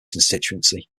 constituency